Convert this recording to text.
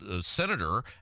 senator